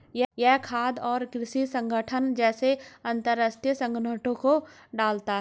यह खाद्य और कृषि संगठन जैसे अंतरराष्ट्रीय संगठनों को डालता है